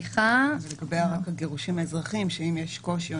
לגבי הגירושין האזרחיים אם יש קושי או